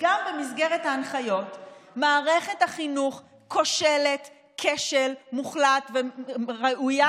שגם במסגרת ההנחיות מערכת החינוך כושלת כשל מוחלט וראויה